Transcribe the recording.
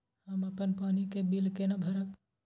हम अपन पानी के बिल केना भरब?